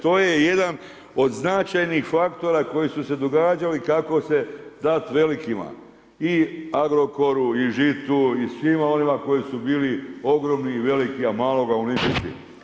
To je jedan od značajnih faktora koji su se događali kako se dat velikima i Agrokoru i Žitu i svima onima koji su bili ogromni i veliki, a maloga uništiti.